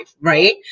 right